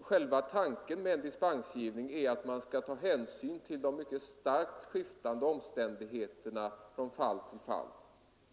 Själva tanken med dispensgivning är att man skall ta hänsyn till de mycket starkt skiftande omständigheterna från fall till fall.